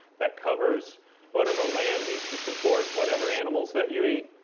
that covers whatever land needs to support whatever animals that you eat.